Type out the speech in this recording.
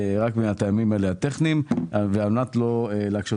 רק מהטעמים הטכניים האלה ועל מנת לא להקשות